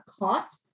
caught